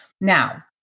now